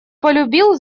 полюбил